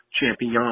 champion